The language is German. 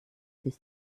bis